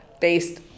based